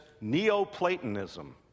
Neoplatonism